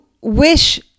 wish